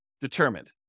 determined